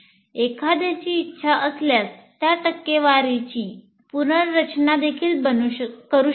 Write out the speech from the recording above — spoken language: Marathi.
एखाद्याची इच्छा असल्यास त्या टक्केवारीची पुनर्रचना देखील करू शकतो